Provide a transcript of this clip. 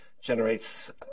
generates